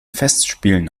festspielen